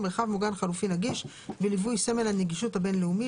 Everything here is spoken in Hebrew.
"מרחב מוגן חלופי נגיש" בליווי סמל הנגישות הבין-לאומי.